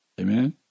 Amen